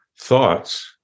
thoughts